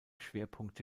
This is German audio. schwerpunkte